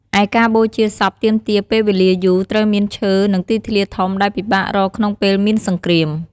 ឯការបូជាសពទាមទារពេលវេលាយូរ ត្រូវមានឈើ និងទីធ្លាធំ ដែលពិបាករកក្នុងពេលមានសង្គ្រាម។